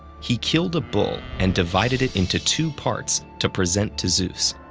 he killed a bull and divided it into two parts to present to zeus.